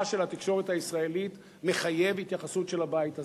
של התקשורת הישראלית מחייב התייחסות של הבית הזה.